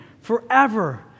forever